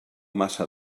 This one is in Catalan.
massa